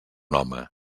home